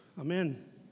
Amen